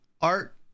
art